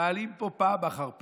שמעלים פה פעם אחר פעם.